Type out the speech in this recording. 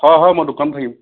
হয় হয় মই দোকানত থাকিম